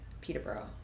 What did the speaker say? Peterborough